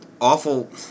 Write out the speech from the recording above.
awful